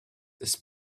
this